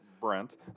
Brent